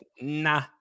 nah